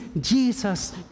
Jesus